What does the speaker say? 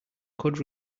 could